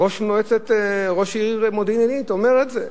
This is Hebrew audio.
ראש העיר מודיעין-עילית אומר את זה,